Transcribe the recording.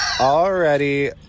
already